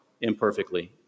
imperfectly